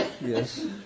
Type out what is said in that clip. Yes